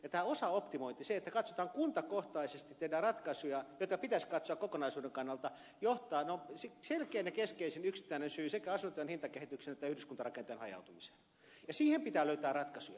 tämä osaoptimointi se että katsotaan kuntakohtaisesti tehdään ratkaisuja joita pitäisi katsoa kokonaisuuden kannalta on selkein ja keskeisin yksittäinen syy sekä asuntojen hintakehityksen että yhdyskuntarakenteen hajautumiseen ja siihen pitää löytää ratkaisuja